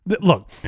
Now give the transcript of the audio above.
Look